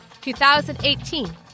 2018